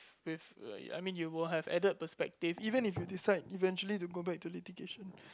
with uh yeah I mean you will have added perspective even if you decide eventually to go back to litigation